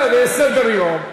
לסדר-יום.